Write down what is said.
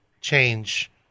change